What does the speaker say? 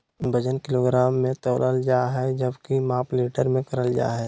वजन किलोग्राम मे तौलल जा हय जबकि माप लीटर मे करल जा हय